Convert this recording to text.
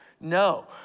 no